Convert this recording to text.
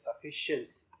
sufficiency